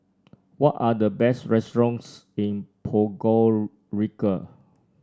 what are the best restaurants in Podgorica